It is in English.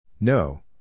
No